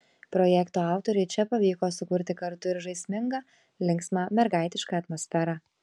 projekto autoriui čia pavyko sukurti kartu ir žaismingą linksmą mergaitišką atmosferą